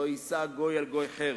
לא יישא גוי אל גוי חרב,